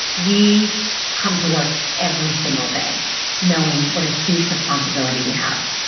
we come to work every single day knowing what a huge responsibility we have,